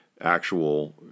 actual